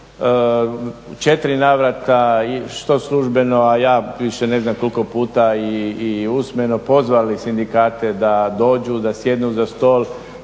u 4 navrata što službeno, a ja više ne znam koliko puta i usmeno pozvali sindikate da dođu, da sjednu za stol,